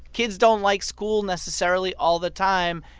kids don't like school necessarily all the time.